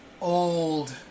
old